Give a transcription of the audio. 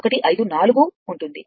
154 ఉంటుంది